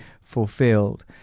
fulfilled